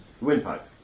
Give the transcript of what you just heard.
windpipe